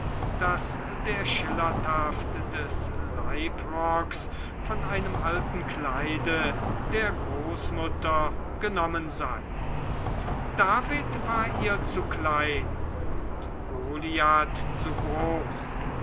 daß der schillertaft des leibrocks von einem alten kleide der großmutter genommen sei david war ihr zu klein und goliath zu groß